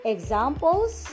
Examples